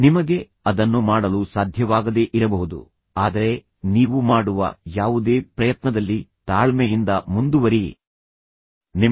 ನಿಮಗೆ ಅದನ್ನು ಮಾಡಲು ಸಾಧ್ಯವಾಗದೇ ಇರಬಹುದು ಆದರೆ ನೀವು ಮಾಡುವ ಯಾವುದೇ ಪ್ರಯತ್ನದಲ್ಲಿ ತಾಳ್ಮೆಯಿಂದ ಮುಂದುವರಿಯಿರಿ